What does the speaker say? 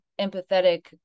empathetic